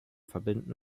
verbinden